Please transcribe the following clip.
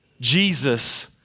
Jesus